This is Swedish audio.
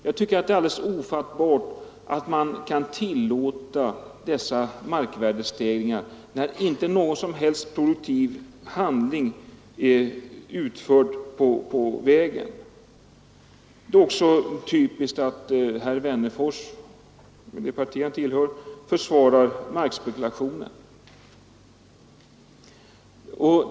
Jag tycker det är alldeles ofattbart att dessa markvärdestegringar kan tillåtas när inte någon som helst produktiv handling är utförd på vägen. Det är också typiskt att herr Wennerfors och det parti han tillhör försvarar markspekulationen.